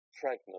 pregnant